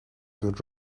good